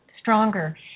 stronger